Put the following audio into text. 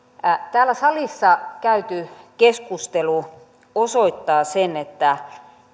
täällä salissa käyty keskustelu osoittaa sen että